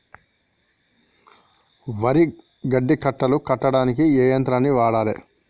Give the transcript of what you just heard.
వరి గడ్డి కట్టలు కట్టడానికి ఏ యంత్రాన్ని వాడాలే?